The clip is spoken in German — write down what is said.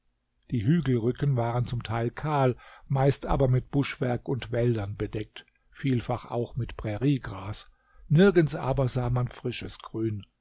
die hügelrücken waren zum teil kahl meist aber mit buschwerk und wäldern bedeckt vielfach auch mit präriegras nirgends aber sah man frisches grün